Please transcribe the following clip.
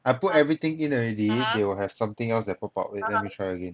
I put everything in already they will have something else that pop up wait let me try again